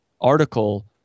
article